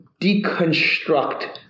deconstruct